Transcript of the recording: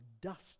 dust